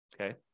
Okay